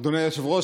אדוני היושב-ראש,